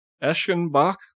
Eschenbach